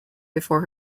before